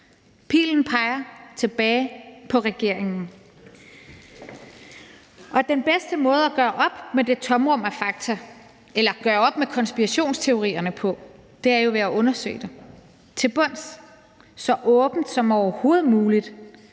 Pilen peger tilbage på regeringen. Og den bedste måde at gøre op med det tomrum af fakta på eller at gøre op med konspirationsteorierne på er jo ved at undersøge det til bunds så åbent som overhovedet muligt